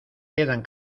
quedan